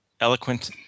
eloquent